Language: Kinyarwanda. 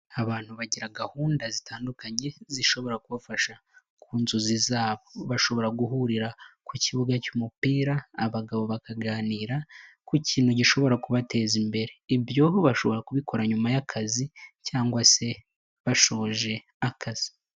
abantu bagira gahunda zitandukanye zishobora kubafasha ku nzozi zabo, bashobora guhurira ku kibuga cy'umupira, abagabo bakaganira ku kintu gishobora kubateza imbere, ibyo bashobora kubikora nyuma y'akazi cyangwa se bashoje akazi.